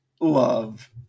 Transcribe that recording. love